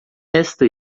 esta